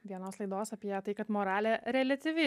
vienos laidos apie tai kad moralė reliatyvi yra